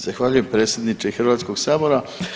Zahvaljujem predsjedniče Hrvatskog sabora.